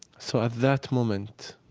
so at that moment,